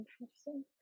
Interesting